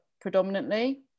predominantly